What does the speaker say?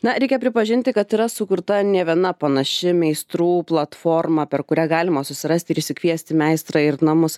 na reikia pripažinti kad yra sukurta ne viena panaši meistrų platforma per kurią galima susirasti ir išsikviesti meistrą ir namus